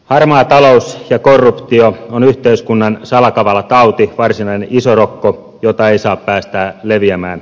harmaa talous ja korruptio on yhteiskunnan salakavala tauti varsinainen isorokko jota ei saa päästää leviämään